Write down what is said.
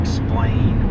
Explain